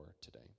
today